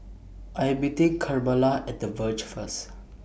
I Am meeting Carmella At The Verge First